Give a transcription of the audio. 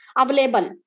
available